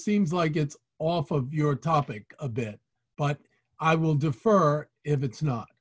seems like it's off of your topic a bit but i will defer if it's not